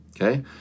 Okay